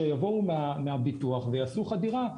שיבואו מהביטוח שיבדקו חדירה,